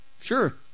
sure